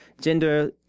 gender